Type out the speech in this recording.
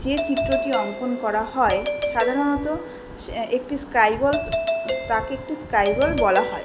যে চিত্রটি অঙ্কন করা হয় সাধারণত সে একটি স্ক্রাইবল তাকে একটি স্ক্রাইবল বলা হয়